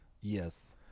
Yes